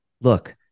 look